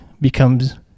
becomes